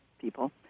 people